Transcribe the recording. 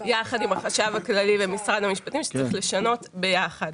יחד עם החשב הכללי ומשרד המשפטים שצריך לשנות ביחד